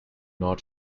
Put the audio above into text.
not